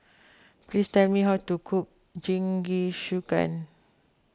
please tell me how to cook Jingisukan